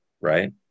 Right